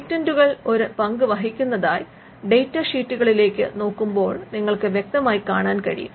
പേറ്റന്റുകൾ ഒരു പങ്ക് വഹിക്കുന്നതായി ഡാറ്റാ ഷീറ്റുകളിലേക്ക് നോക്കുമ്പോൾ നിങ്ങൾക്ക് വ്യക്തമായി കാണാൻ കഴിയും